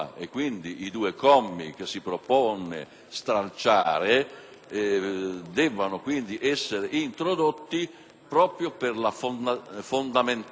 debbano, quindi, essere introdotti proprio per la fondamentale utilità della quale ho brevemente